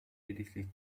lediglich